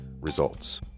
Results